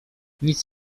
nic